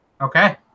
okay